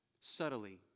subtly